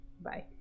Bye